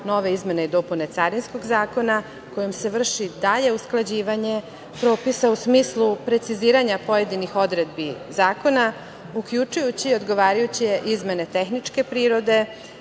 nove izmene i dopune Carinskog zakona kojim se vrši dalje usklađivanje propisa u smislu preciziranja pojedinih odredbi zakona, uključujući odgovarajuće izmene tehničke prirode. Ovo